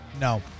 No